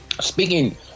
Speaking